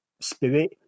spirit